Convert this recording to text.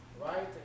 right